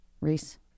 Reese